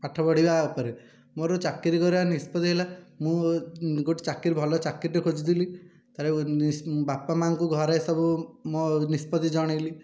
ପାଠ ପଢ଼ିବା ଉପରେ ମୋ'ର ଚାକିରି କରିବା ନିଷ୍ପତ୍ତି ହେଲା ମୁଁ ଗୋଟିଏ ଚାକିରିଟେ ଭଲ ଚାକିରିଟିଏ ଖୋଜୁଥିଲି ତା'ପରେ ବାପା ମା'ଙ୍କୁ ଘରେ ସବୁ ମୋ' ନିଷ୍ପତ୍ତି ଜଣାଇଲି